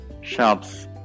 shops